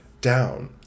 down